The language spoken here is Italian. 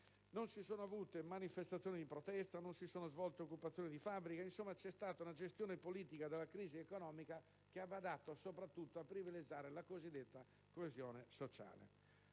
non si sono avute nuove manifestazioni di protesta, non si sono svolte occupazioni di fabbrica, insomma, c'è stata una gestione politica della crisi economica che ha badato soprattutto a privilegiare la cosiddetta coesione sociale.